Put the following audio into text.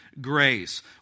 grace